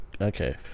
okay